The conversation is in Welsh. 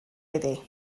iddi